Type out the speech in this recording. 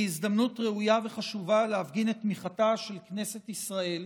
הזדמנות ראויה וחשובה להפגין את תמיכתה של כנסת ישראל